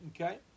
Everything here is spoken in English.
Okay